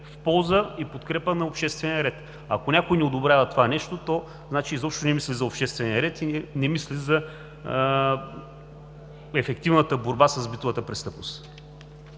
в полза и подкрепа на обществения ред. Ако някой не одобрява това нещо, то значи изобщо не мисли за обществения ред и не мисли за ефективната борба с битовата престъпност.